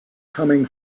coming